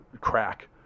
crack